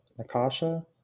Nakasha